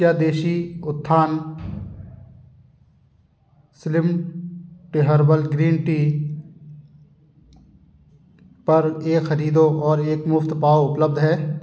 क्या Desi Utthan slim tea herbal green tea पर एक खरीदो और एक मुफ़्त पाओ उपलब्ध है